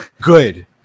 Good